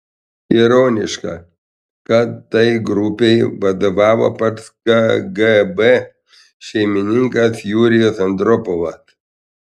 ironiška kad tai grupei vadovavo pats kgb šeimininkas jurijus andropovas